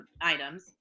items